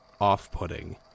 off-putting